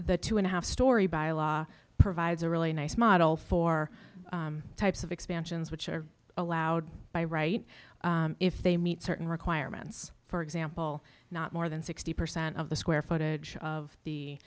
the two and a half story by law provides a really nice model for types of expansions which are allowed by right if they meet certain requirements for example not more than sixty percent of the square footage of